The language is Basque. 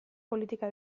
politika